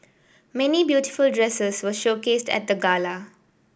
many beautiful dresses were showcased at the gala